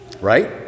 right